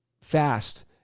fast